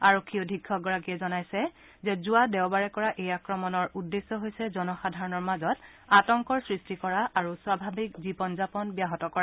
আৰক্ষী অধীক্ষকগৰাকীয়ে জনাইছে যে যোৱা দেওবাৰে কৰা এই আক্ৰমণৰ উদ্দেশ্য হৈছে জনসাধাৰণৰ মাজত আতংকৰ সৃষ্টি কৰা আৰু স্বাভাৱিক জীৱন যাপন ব্যাহত কৰা